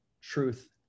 truth